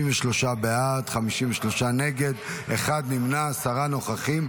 33 בעד, 53 נגד, אחד נמנע, עשרה נוכחים.